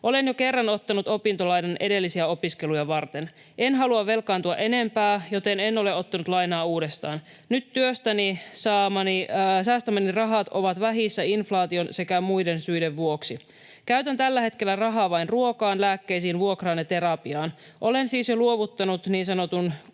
Olen jo kerran ottanut opintolainan edellisiä opiskeluja varten. En halua velkaantua enempää, joten en ole ottanut lainaa uudestaan. Nyt työstäni säästämäni rahat ovat vähissä inflaation sekä muiden syiden vuoksi. Käytän tällä hetkellä rahaa vain ruokaan, lääkkeisiin, vuokraan ja terapiaan. Olen siis jo luovuttanut kaiken niin sanotun